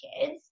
kids